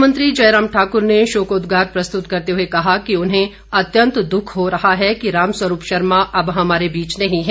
मुख्यमंत्री जयराम ठाक्र ने शोकोद्गार प्रस्तुत करते हुए कहा कि उन्हें अत्यंत दुख हो रहा है कि रामस्वरूप शर्मा अब हमारे बीच नहीं हैं